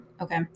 Okay